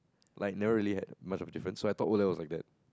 like never really had much of difference so I thought O-level was like that